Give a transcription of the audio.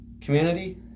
community